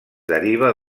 deriva